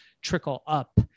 trickle-up